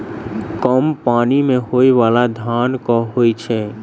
कम पानि मे होइ बाला धान केँ होइ छैय?